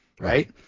right